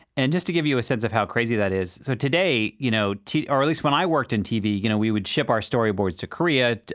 and just to give you a sense of how crazy that is so today, you know, or at least when i worked in tv, you know, we would ship our storyboards to korea.